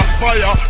fire